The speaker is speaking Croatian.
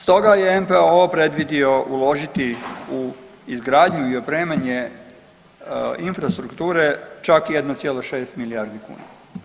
Stoga je NPOO predvidio uložiti u izgradnju i opremanje infrastrukture čak 1,6 milijardi kuna.